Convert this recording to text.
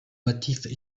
motifs